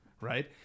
right